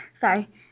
Sorry